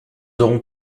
aurons